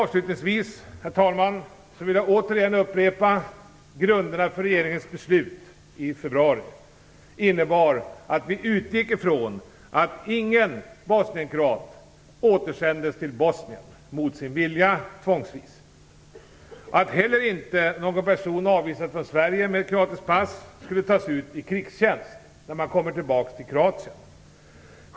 Avslutningsvis vill jag återigen upprepa att grunderna för regeringens beslut i februari innebar att vi utgick från att ingen bosnienkroat återsändes till Bosnien mot sin vilja tvångsvis och att heller inte någon person avvisad från Sverige med kroatiskt pass skulle tas ut i krigstjänst när han kommer tillbaka till Kroatien.